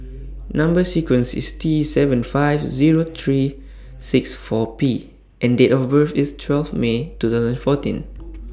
Number sequence IS T seven five Zero three six four P and Date of birth IS twelve May two thousand fourteen